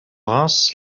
rince